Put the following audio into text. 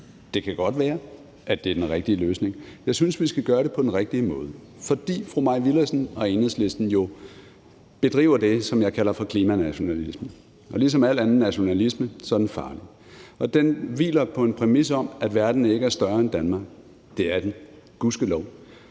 det kan godt være, det er den rigtige løsning – at vi skal gøre det på den rigtige måde. For fru Mai Villadsen og Enhedslisten bedriver jo det, som jeg kalder for klimanationalisme. Og ligesom al anden nationalisme er den farlig. Den hviler på en præmis om, at verden ikke er større end Danmark – det er den, gudskelov.